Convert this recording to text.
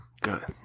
Good